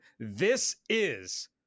THISIS